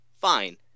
fine